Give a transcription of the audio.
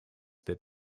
that